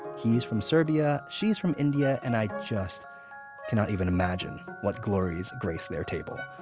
he's from serbia, she's from india, and i just cannot even imagine what glories grace their table.